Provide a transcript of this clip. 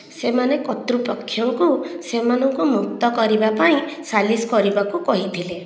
ସେମାନେ କର୍ତ୍ତୃପକ୍ଷଙ୍କୁ ସେମାନଙ୍କୁ ମୁକ୍ତ କରିବା ପାଇଁ ସାଲିସ୍ କରିବାକୁ କହିଥିଲେ